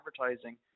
advertising